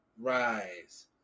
rise